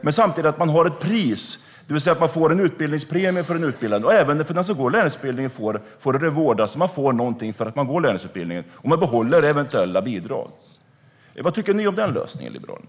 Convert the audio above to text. Men samtidigt finns det en belöning. Anordnaren får en premie när en person utbildats. Den som går lärlingsutbildningen får en "reward" och behåller dessutom eventuella bidrag. Vad tycker ni om den lösningen, Liberalerna?